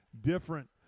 different